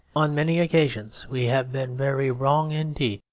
on many occasions we have been very wrong indeed.